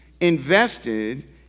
invested